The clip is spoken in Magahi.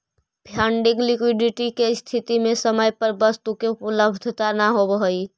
फंडिंग लिक्विडिटी के स्थिति में समय पर वस्तु के उपलब्धता न होवऽ हई